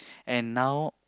and now